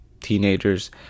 teenagers